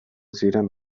ziren